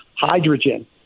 hydrogen